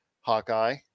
Hawkeye